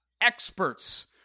experts